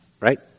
Right